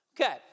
Okay